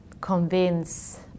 convince